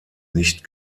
nicht